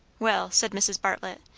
well, said mrs. bartlett,